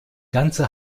ganze